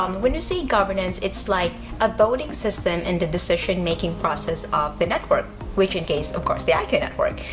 um when you say governance it's like a voting system in the decision-making process of the network which in case of course the icon network.